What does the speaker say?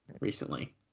recently